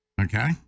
Okay